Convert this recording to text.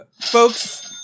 Folks